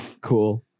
cool